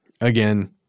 Again